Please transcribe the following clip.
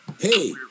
Hey